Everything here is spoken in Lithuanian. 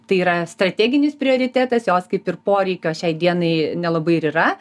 tai yra strateginis prioritetas jos kaip ir poreikio šiai dienai nelabai ir yra